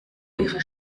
ihre